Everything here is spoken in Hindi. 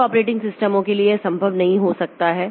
कुछ ऑपरेटिंग सिस्टमों के लिए यह संभव नहीं हो सकता है